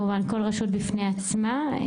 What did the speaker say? כל רשות בפני עצמה.